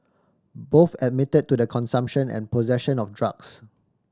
both admitted to the consumption and possession of drugs